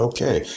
Okay